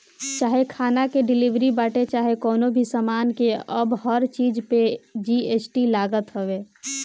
चाहे खाना के डिलीवरी बाटे चाहे कवनो भी सामान के अब हर चीज पे जी.एस.टी लागत हवे